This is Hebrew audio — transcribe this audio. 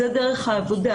זאת דרך העבודה.